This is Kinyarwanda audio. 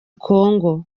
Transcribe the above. congo